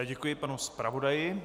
Děkuji panu zpravodaji.